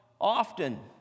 often